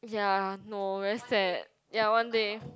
ya no very sad ya one day